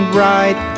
right